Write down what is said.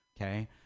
Okay